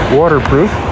waterproof